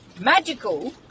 Magical